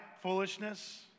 foolishness